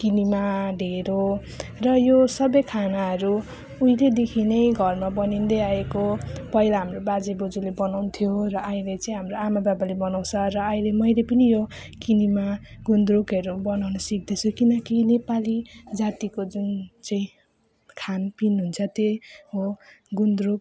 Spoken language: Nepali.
किनेमा ढेँडो र यो सबै खानाहरू उहिलेदेखि नै घरमा बनिँदै आएको पहिला हाम्रो बाजेबोजूले बनाउँथ्यो र अहिले चाहिँ हाम्रो आमाबाबाले बनाउँछ र अहिले मैले पनि यो किनेमा गुन्द्रुकहरू बनाउनु सिक्दैछु किनकि नेपाली जातिको जुन चाहिँ खानपिन हुन्छ त्यही हो गुन्द्रुक